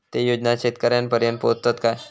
ते योजना शेतकऱ्यानपर्यंत पोचतत काय?